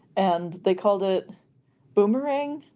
and they called it boomerang.